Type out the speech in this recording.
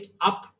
up